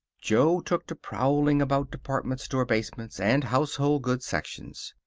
jo took to prowling about department-store basements, and household goods sections.